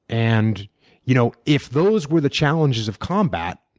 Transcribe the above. and you know if those were the challenges of combat,